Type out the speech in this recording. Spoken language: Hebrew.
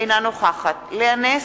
אינה נוכחת לאה נס,